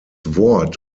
wort